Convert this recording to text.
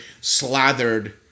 slathered